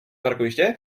parkoviště